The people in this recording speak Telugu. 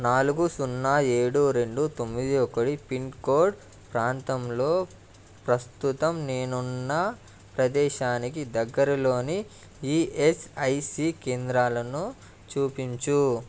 నాలుగు సున్నా ఏడు రెండు తొమ్మిది ఒకటి పిన్కోడ్ ప్రాంతంలో ప్రస్తుతం నేనున్న ప్రదేశానికి దగ్గరలోని ఈఎస్ఐసి కేంద్రాలను చూపించు